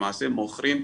למעשה מוכרים,